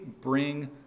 bring